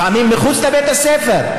לפעמים מחוץ לבית הספר,